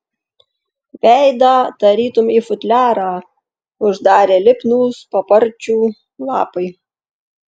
veidą tarytum į futliarą uždarė lipnūs paparčių lapai